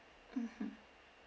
mmhmm